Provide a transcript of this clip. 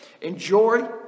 enjoy